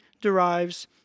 derives